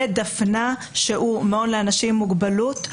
בית דפנה שהוא מעון לאנשים עם מוגבלות,